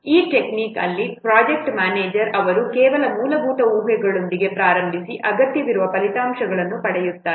ಈ ಟೆಕ್ನಿಕ್ ಅಲ್ಲಿ project manager ಅವರು ಕೆಲವು ಮೂಲಭೂತ ಊಹೆಗಳೊಂದಿಗೆ ಪ್ರಾರಂಭಿಸಿ ಅಗತ್ಯವಿರುವ ಫಲಿತಾಂಶಗಳನ್ನು ಪಡೆಯುತ್ತಾರೆ